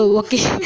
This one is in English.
okay